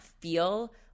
feel